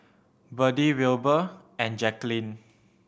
Berdie Wilbur and Jaquelin